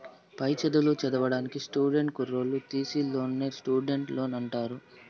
పై చదువులు చదివేదానికి స్టూడెంట్ కుర్రోల్లు తీసీ లోన్నే స్టూడెంట్ లోన్ అంటారు